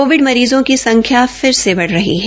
Covid मरीजों की संख्या फिर से बढ़ रही है